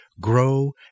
grow